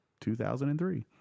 2003